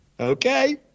okay